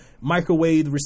microwave